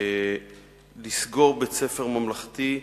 לסגור בית-ספר ממלכתי,